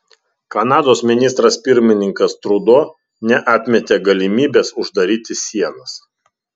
kanados ministras pirmininkas trudo neatmetė galimybės uždaryti sienas